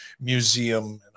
museum